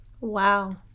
wow